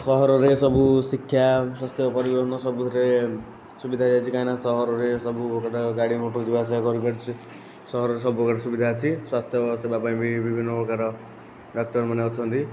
ସହରରେ ସବୁ ଶିକ୍ଷା ସ୍ୱାସ୍ଥ୍ୟ ପରିବହନ ସବୁଥିରେ ସୁବିଧା ଦିଆଯାଇଛି କାହିଁକିନା ସହରରେ ସବୁ ପ୍ରକାର ଗାଡ଼ି ମଟର ଯିବା ଆସିବା କରିପାରୁଛି ସହରରେ ସବୁପ୍ରକାର ସୁବିଧା ଅଛି ସ୍ୱାସ୍ଥ୍ୟ ସେବା ପାଇଁ ବି ବିଭିନ୍ନ ପ୍ରକାର ଡାକ୍ତରମାନେ ଅଛନ୍ତି